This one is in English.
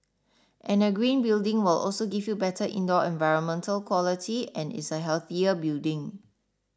and a green building will also give you better indoor environmental quality and is a healthier building